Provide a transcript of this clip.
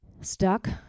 Stuck